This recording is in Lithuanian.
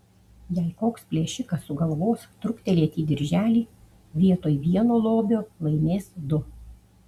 jei koks plėšikas sugalvos truktelėti dirželį vietoj vieno lobio laimės du